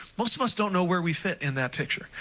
most of us don't know where we sat in that picture,